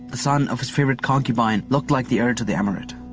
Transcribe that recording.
the son of his favorite concubine, looked like the heir to the emirate.